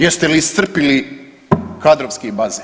Jeste li iscrpili kadrovski bazen?